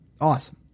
Awesome